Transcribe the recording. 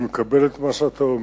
אני מקבל את מה שאתה אומר,